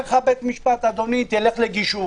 אומרים לך בבית המשפט: לך לגישור.